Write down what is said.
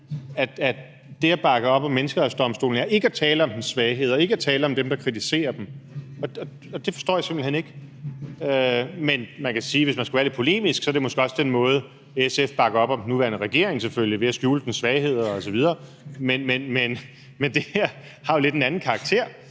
at det at bakke op om Menneskerettighedsdomstolen er ikke at tale om dens svagheder og ikke at tale om dem, der kritiserer den. Og det forstår jeg simpelt hen ikke. Men man kunne sige, hvis man skulle være lidt polemisk, at det så måske også er den måde, som SF bakker op om den nuværende regering på – ved selvfølgelig at skjule dens svagheder osv. Men det her har jo lidt en anden karakter,